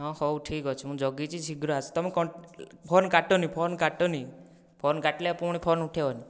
ହଁ ହେଉ ଠିକ ଅଛି ମୁଁ ଜଗିଛି ଶୀଘ୍ର ଆସ ତୁମ ଫୋନ କାଟନି ଫୋନ କାଟନି ଫୋନ କାଟିଲେ ପୁଣି ଫୋନ ଉଠାଇବନି